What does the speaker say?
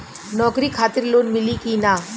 नौकरी खातिर लोन मिली की ना?